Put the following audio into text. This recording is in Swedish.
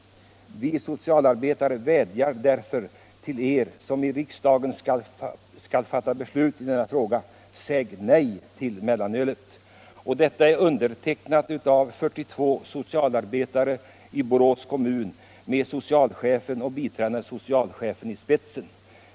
Vi socialarbetare vädjar därför till Er, som i riksdagen skall fatta beslut i denna fråga. Säg nej till mellanölet.” Detta brev är undertecknat av 42 socialoch ungdomsarbetare i Borås med socialchefen och biträdande socialchefen i spetsen.